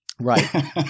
Right